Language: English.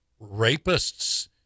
rapists